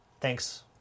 thanks